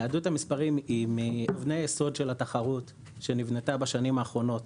ניידות המספרים היא מאבני היסוד של התחרות שנבנתה בשנים האחרונות